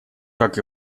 как